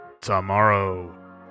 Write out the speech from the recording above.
tomorrow